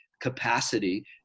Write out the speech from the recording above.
capacity